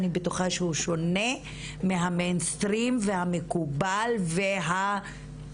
אני בטוחה שהוא שונה מהמיינסטרים והמקובל והצרכני.